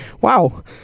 Wow